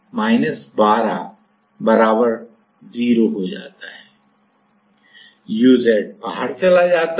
uz बाहर चला जाता है